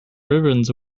ribbons